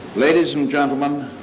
ladies and gentlemen,